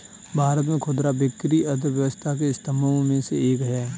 भारत में खुदरा बिक्री अर्थव्यवस्था के स्तंभों में से एक है